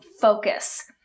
focus